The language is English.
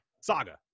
saga